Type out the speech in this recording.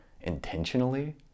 intentionally